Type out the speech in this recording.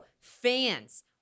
fans